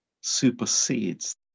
supersedes